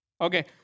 Okay